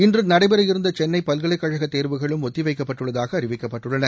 இன்று நடைபெற இருந்த சென்னை பல்கலைக்கழக தேர்வுகளும் ஒத்திவைக்கப்பட்டுள்ளதாக அறிவிக்கப்பட்டுள்ளன